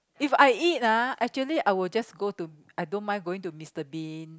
if I eat ah actually I would just go to I don't mind going to Mister-Bean